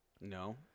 No